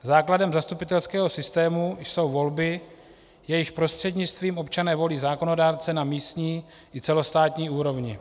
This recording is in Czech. Základem zastupitelského systému jsou volby, jejichž prostřednictvím občané volí zákonodárce na místní i celostátní úrovni.